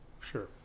Sure